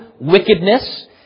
wickedness